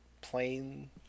plain